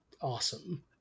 awesome